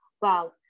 Wow